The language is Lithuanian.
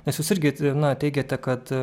nes jūs irgi nateigiate kad